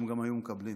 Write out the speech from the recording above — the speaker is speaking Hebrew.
הם גם היו מקבלים.